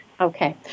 Okay